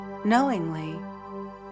knowingly